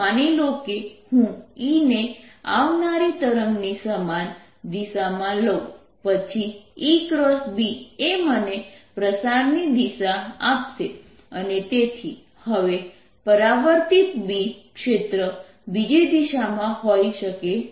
માની લો કે હું E ને આવનારી તરંગની સમાન દિશામાં લઉં પછી EB એ મને પ્રસારની દિશા આપશે અને તેથી હવે પરાવર્તિત B ક્ષેત્ર બીજી દિશામાં હોઈ શકે છે